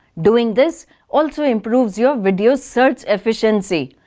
doing this also improves your video's search efficiency.